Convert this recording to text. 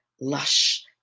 lush